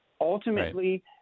Ultimately